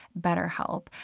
BetterHelp